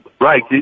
Right